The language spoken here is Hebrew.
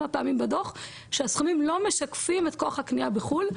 פעמים בדו"ח שהסכומים לא משקפים את כוח הקניה בחו"ל,